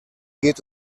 geht